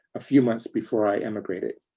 a few months before i emigrated.